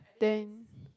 then